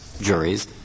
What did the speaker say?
juries